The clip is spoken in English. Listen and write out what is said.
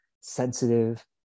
sensitive